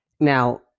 Now